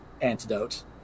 antidote